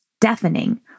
deafening